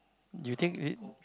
you think it